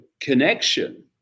connection